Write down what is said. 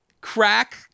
Crack